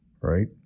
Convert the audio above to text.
right